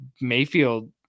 Mayfield